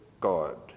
God